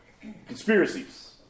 conspiracies